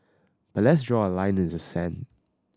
but let's draw a line in the sand